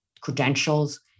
credentials